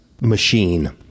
machine